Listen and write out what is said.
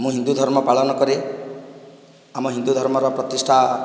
ମୁଁ ହିନ୍ଦୁ ଧର୍ମ ପାଳନ କରେ ଆମ ହିନ୍ଦୁ ଧର୍ମର ପ୍ରତିଷ୍ଠା